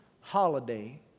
holiday